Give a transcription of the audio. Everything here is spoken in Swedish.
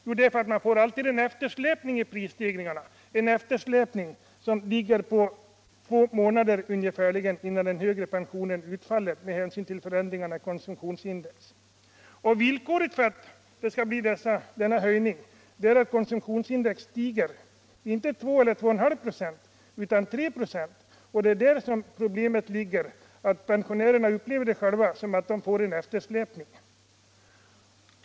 Jo, därför att det alltid blir en eftersläpning på ungefär två månader, innan den högre pensionen utfaller med hänsyn till föränd ringarna av konsumentprisindex. Och villkoret för att det skall bli denna höjning är att konsumentprisindex stiger inte 2 eller 2,5 96 utan 3 96. Det är där problemet ligger — pensionärerna upplever det själva så att de får en eftersläpning.